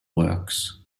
works